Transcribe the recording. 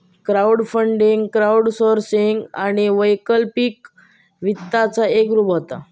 crowdfunding crowdsourcing आणि वैकल्पिक वित्ताचा एक रूप असा